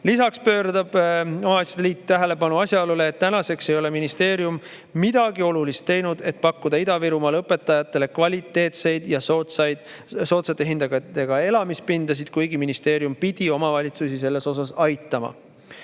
Lisaks pöörab omavalitsuste liit tähelepanu asjaolule, et tänaseks ei ole ministeerium midagi olulist teinud, et pakkuda Ida-Virumaal õpetajatele kvaliteetseid soodsa hinnaga elamispindasid, kuigi ministeerium pidi omavalitsusi selles osas aitama.